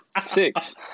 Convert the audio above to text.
six